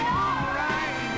alright